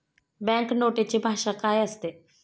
Bank नोटेची भाषा काय असते?